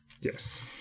Yes